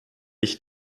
ich